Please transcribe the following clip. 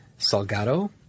Salgado